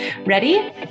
Ready